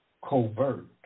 covert